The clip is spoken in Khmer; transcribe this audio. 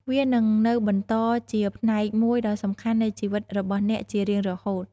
វានឹងនៅបន្តជាផ្នែកមួយដ៏សំខាន់នៃជីវិតរបស់អ្នកជារៀងរហូត។